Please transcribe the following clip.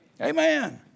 Amen